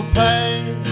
pain